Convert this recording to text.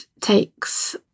takes